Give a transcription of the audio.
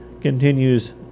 continues